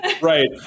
right